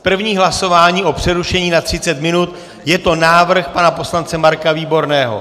První hlasování o přerušení na třicet minut je to návrh pana poslance Marka Výborného.